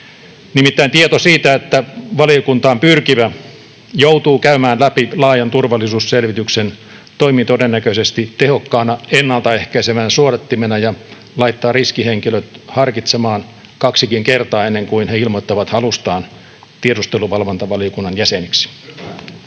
Nimittäin tieto siitä, että valiokuntaan pyrkivä joutuu käymään läpi laajan turvallisuusselvityksen, toimii todennäköisesti tehokkaana, ennalta ehkäisevänä suodattimena ja laittaa riskihenkilöt harkitsemaan kaksikin kertaa ennen kuin he ilmoittavat halustaan tiedusteluvalvontavaliokunnan jäseniksi. [Speech